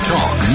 Talk